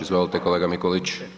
Izvolite kolega Mikulić.